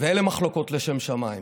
ואלה מחלוקות לשם שמיים.